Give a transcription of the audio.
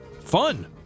fun